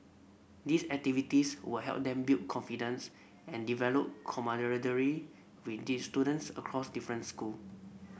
these activities will help them build confidence and develop camaraderie with did students across difference school